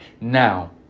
now